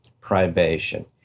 privation